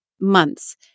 months